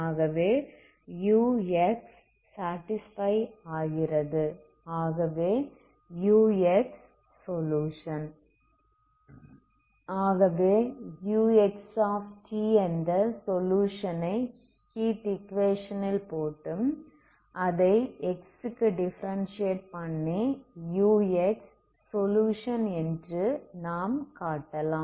ஆகவே uxt என்ற solution ஐ ஹீட் ஈக்குவேஷன் ல் போட்டு அதை x க்கு டிஃபரன்ஸியேட் பண்ணி ux சொலுயுஷன் என்று நாம் காட்டலாம்